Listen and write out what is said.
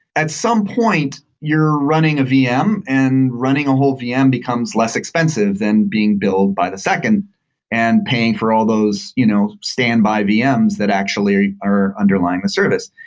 at some point, you're running a vm and running a whole vm becomes less expensive than being billed by the second and paying for all those you know standby vm's that actually are underlying the service.